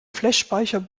flashspeicher